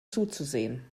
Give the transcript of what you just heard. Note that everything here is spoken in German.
zuzusehen